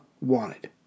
wanted